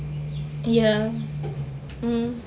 ya mm